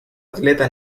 atleta